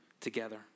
together